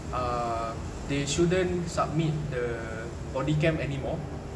uh they shouldn't submit the body cam anymore